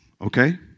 Okay